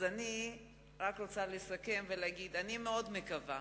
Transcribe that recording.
אני רוצה לסכם ולהגיד שאני מקווה